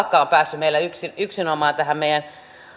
tämä tupakka on päässyt yksinomaan tähän meidän